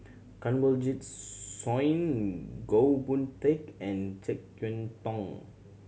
Kanwaljit Soin Goh Boon Teck and Jek Yeun Thong